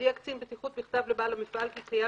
הודיע קצין בטיחות בכתב לבעל המפעל כי קיים